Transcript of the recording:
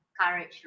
courage